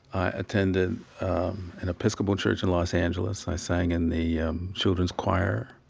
attended an episcopal church in los angeles. i sang in the yeah um children's choir.